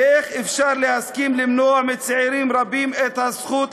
ואיך אפשר להסכים למנוע מצעירים רבים את הזכות לשמחה,